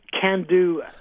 can-do